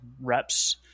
reps